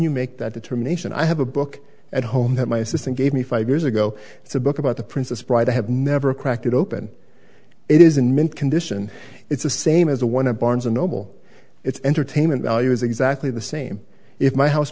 you make that determination i have a book at home that my assistant gave me five years ago it's a book about the princess bride i have never cracked it open it is in mint condition it's the same as a one of barnes and noble it's entertainment value is exactly the same if my house